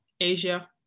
Asia